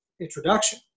introduction